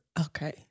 okay